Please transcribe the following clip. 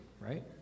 right